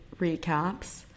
recaps